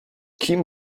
kim